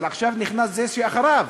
אבל עכשיו נכנס זה שאחריו,